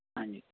ਹਾਂਜੀ